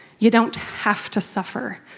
you don't have to suffer,